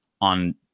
on